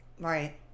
Right